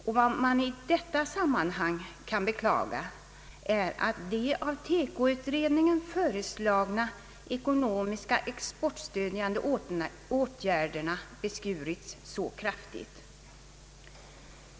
Och vad man i detta sammanhang kan beklaga är att de av Teko-utredningen föreslagna ekonomiska exportstödjande åtgärderna beskurits så kraftigt.